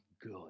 good